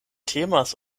temas